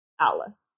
Alice